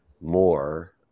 more